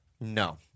No